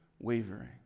wavering